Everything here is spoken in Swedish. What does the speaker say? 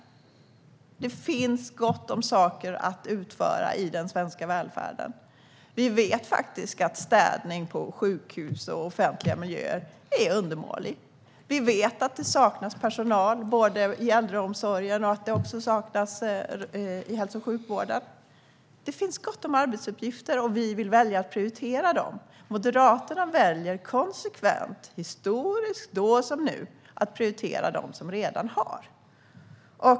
Det finns gott om saker att utföra i den svenska välfärden. Vi vet att städning på sjukhus och i offentliga miljöer är undermålig. Vi vet att det saknas personal i äldreomsorgen och också i hälso och sjukvården. Det finns gott om arbetsuppgifter, och vi vill välja att prioritera dem. Moderaterna väljer konsekvent - historiskt, då som nu - att prioritera dem som redan har.